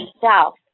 south